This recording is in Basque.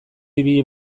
ibili